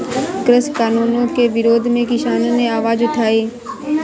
कृषि कानूनों के विरोध में किसानों ने आवाज उठाई